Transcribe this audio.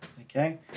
okay